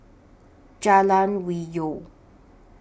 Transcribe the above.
Jalan Hwi Yoh